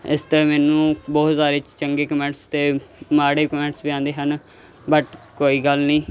ਇਸ 'ਤੇ ਮੈਨੂੰ ਬਹੁਤ ਸਾਰੇ ਚੰਗੇ ਕਮੈਂਟਸ ਅਤੇ ਮਾੜੇ ਕਮੈਂਟਸ ਵੀ ਆਉਂਦੇ ਹਨ ਬਟ ਕੋਈ ਗੱਲ ਨਹੀਂ